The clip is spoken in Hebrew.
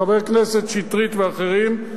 חברי הכנסת שטרית ואחרים,